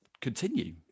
continue